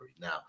Now